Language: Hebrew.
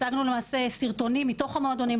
הצגנו למעשה סרטונים מתוך המועדונים.